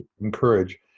encourage